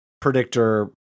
Predictor